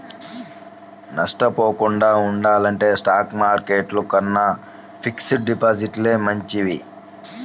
నష్టపోకుండా ఉండాలంటే stock market కన్నా ఫిక్స్డ్ డిపాజిట్లే మంచివి